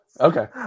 Okay